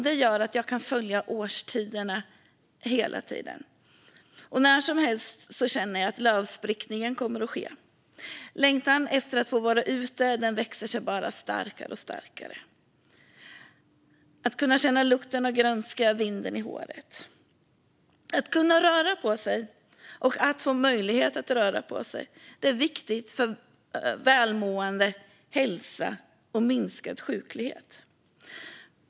Det gör att jag hela tiden kan följa årstiderna. Lövsprickningen kommer att ske när som helst, känner jag. Längtan efter att få vara ute och att kunna känna lukten av grönska och vinden i håret växer sig bara starkare och starkare. Att kunna röra på sig och att få möjlighet att röra på sig är viktigt för välmående, hälsa och minskad sjuklighet.